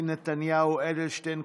יולי יואל אדלשטיין,